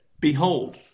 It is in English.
Behold